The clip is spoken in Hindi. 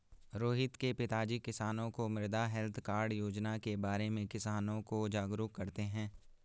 रोहित के पिताजी किसानों को मृदा हैल्थ कार्ड योजना के बारे में किसानों को जागरूक करते हैं